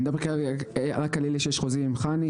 אני מדבר כרגע רק על אלה שיש להם חוזים עם חנ"י,